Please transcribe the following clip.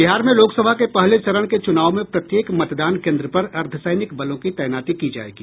बिहार में लोकसभा के पहले चरण के चूनाव में प्रत्येक मतदान केंद्र पर अर्द्वसैनिक बलों की तैनाती की जायेगी